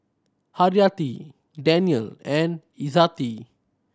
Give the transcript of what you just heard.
Haryati Daniel and Izzati